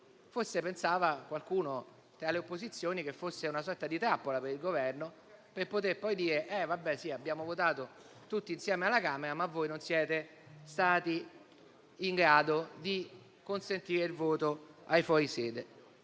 forse pensava che fosse una sorta di trappola per il Governo, per poter poi dire: abbiamo votato tutti insieme alla Camera, ma voi non siete stati in grado di consentire il voto ai fuorisede.